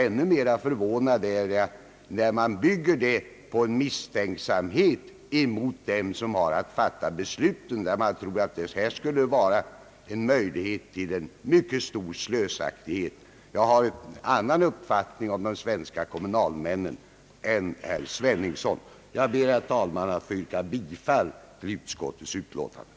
Ännu mer förvånad är jag över att man bygger detta avslagsyrkande på misstänksamhet mot dem som har att fatta beslut ute i kommunerna och gör gällande att de skulle vara slösaktiga. Jag har en annan uppfattning om de svenska kommunalmännen, herr Sveningsson. Jag ber, herr talman, att få yrka bifall till utskottets hemställan.